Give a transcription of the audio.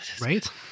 Right